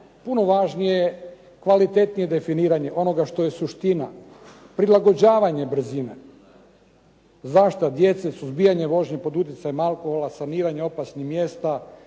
puno važnije je kvalitetnije definiranje onoga što je suština. Prilagođavanje brzine, zaštita djece, suzbijanje vožnje pod utjecajem alkohola, saniranje opasnih mjesta,